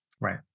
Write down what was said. Right